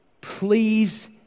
please